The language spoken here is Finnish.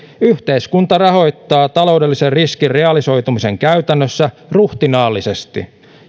yhteiskunta rahoittaa taloudellisen riskin realisoitumisen käytännössä ruhtinaallisesti